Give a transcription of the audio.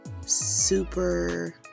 super